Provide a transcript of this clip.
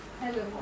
Hello